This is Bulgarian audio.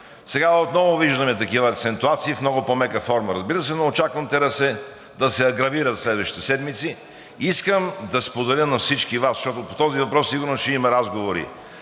Сега отново виждаме такива акцентуации в много по-мека форма, разбира се, но очаквам те да се агравират в следващите седмици. Искам да споделя на всички Вас, защото по този въпрос сигурно ще имаме разговори,